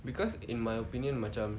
because in my opinion macam